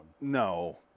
no